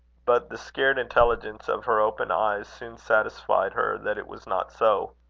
but the scared intelligence of her open eyes, soon satisfied her that it was not so.